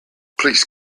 please